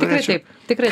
tikrai taip tikrai